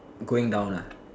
going down ah